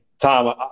Tom